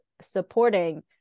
supporting